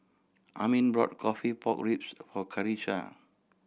Armin brought coffee pork ribs for Karissa